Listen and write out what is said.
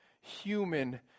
human